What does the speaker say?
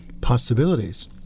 possibilities